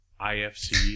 IFC